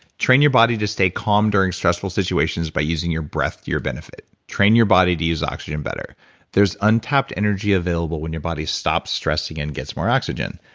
train your body to stay calm during stressful situations by using your breath to your benefit. train your body to use oxygen better there's untapped energy available when your body stops stressing and gets more oxygen.